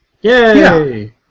Yay